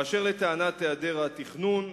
באשר לטענת העדר התכנון,